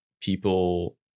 people